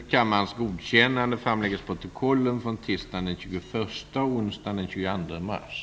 Frågorna redovisas i bilaga som fogas till riksdagens snabbprotokoll tisdagen den 28 mars.